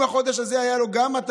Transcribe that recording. אם החודש הזה היו לו 200,